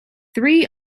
three